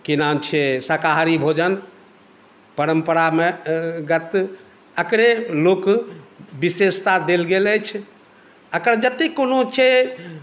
की नाम छै शाकाहारी भोजन परम्परामे गत एकरे लोक विशेषता देल गेल अछि एकर जतेक कोनो छै